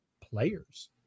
players